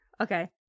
Okay